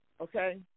Okay